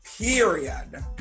period